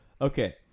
Okay